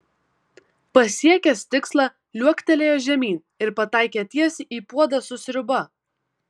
pasiekęs tikslą liuoktelėjo žemyn ir pataikė tiesiai į puodą su sriuba